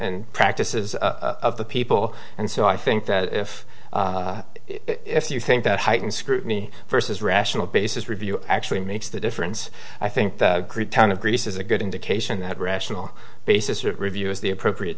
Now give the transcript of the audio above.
and practices of the people and so i think that if if you think that heightened scrutiny versus rational basis review actually makes the difference i think creetown of grease is a good indication that rational basis or review is the appropriate